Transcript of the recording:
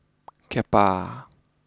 Kappa